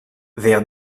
vers